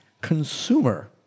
consumer